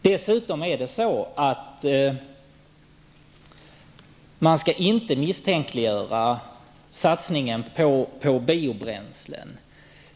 Man skall dessutom inte misstänkliggöra satsningen på biobränslen.